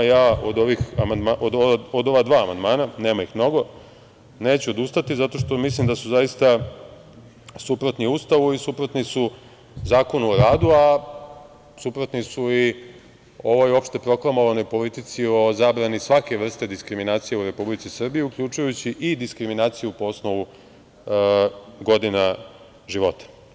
Ja od ova dva amandmana, nema ih mnogo, neću odustati, zato što mislim da su zaista suprotni Ustavu i suprotni su Zakonu o radu, a suprotni su i ovoj opšte proklamovanoj politici o zabrani svake vrste diskriminacije u Republici Srbiji uključujući i diskriminaciju po osnovu godina života.